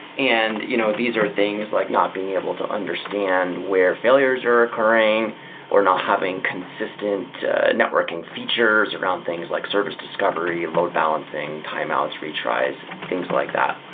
and you know these are things like not being able to understand where failures are occurring or not having consistent networking features around things like service discovery, load balancing, timeouts, retries, things like that.